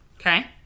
Okay